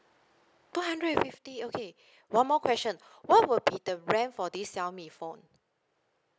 two hundred and fifty okay one more question what will be the RAM for this xiaomi phone